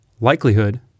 likelihood